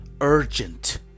urgent